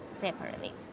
separately